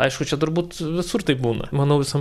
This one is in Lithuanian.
aišku čia turbūt visur taip būna manau visam